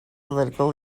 political